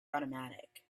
automatic